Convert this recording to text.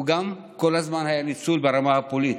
הוא היה כל הזמן ניצול גם ברמה הפוליטית.